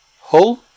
Hull